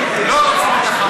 לא רוצים את החמאס.